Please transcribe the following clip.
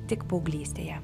tik paauglystėje